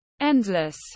endless